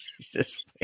Jesus